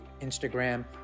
Instagram